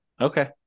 Okay